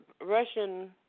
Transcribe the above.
Russian